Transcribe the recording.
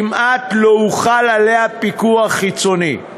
כמעט לא הוחל עליה פיקוח חיצוני,